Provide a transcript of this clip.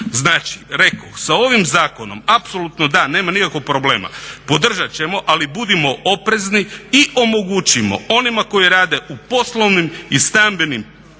Znači rekoh, sa ovim zakonom apsolutno da, nema nikakvog problema, podržat ćemo ali budimo oprezni i omogućimo onima koji rade u poslovnim i stambenim